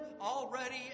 already